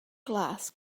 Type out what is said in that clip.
glass